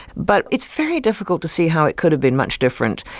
but it's very difficult to see how it could have been much different.